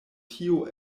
tio